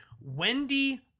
Wendy